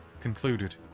concluded